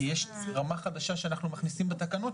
כי יש רמה חדשה שאנחנו מכניסים בתקנות,